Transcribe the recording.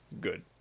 good